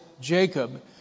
Jacob